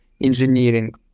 engineering